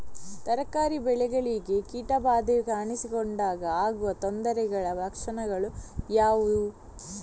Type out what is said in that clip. ತರಕಾರಿ ಬೆಳೆಗಳಿಗೆ ಕೀಟ ಬಾಧೆ ಕಾಣಿಸಿಕೊಂಡಾಗ ಆಗುವ ತೊಂದರೆಗಳ ಲಕ್ಷಣಗಳು ಯಾವುವು?